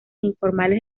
informales